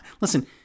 listen